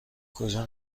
کجا